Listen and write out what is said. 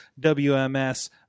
wms